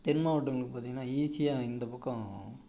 தென் மாவட்டங்களுக்கு பார்த்தீங்கன்னா ஈஸியாக இந்த பக்கம்